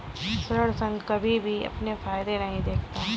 ऋण संघ कभी भी अपने फायदे नहीं देखता है